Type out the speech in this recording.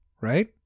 right